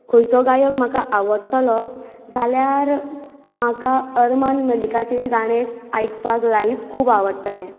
खंयचो गायक म्हाका आवडटलो जाल्यार म्हाका अरमान मलिकाचें गाणे आयकपाक लायव्ह खूब आवडटले